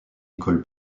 école